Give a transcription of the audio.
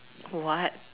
what